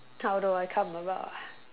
how do I come about ah